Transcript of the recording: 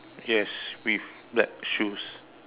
yes with black shoes